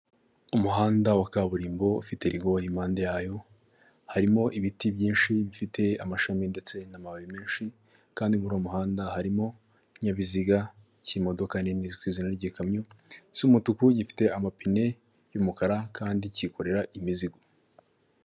Umuhanda wa kaburimbo ufite rigori impande yawo harimo ibiti byinshi bifite amashami ndetse n'amababi menshi kandi muri uwo muhanda harimo ikinyabiziga cy'imodoka nini kizwi ku izina ry'ikamyo cy'umutuku gifite amapine yumukara kandi kikorera imizigo.